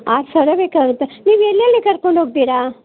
R ಸಾವ್ರ ಬೇಕಾಗತ್ತೆ ನೀವ್ ಎಲ್ಲೆಲ್ಲಿ ಕರ್ಕೊಂಡು ಹೋಗ್ತಿರ